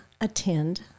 attend